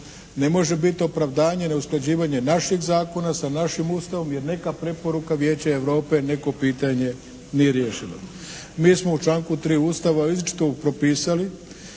Ne može biti opravdanje neusklađivanje našeg zakona sa našim Ustavom jer neka preporuka Vijeća Europe neko pitanje nije riješeno. Mi smo u članku 3. Ustava izričito propisali